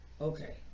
Okay